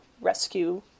rescue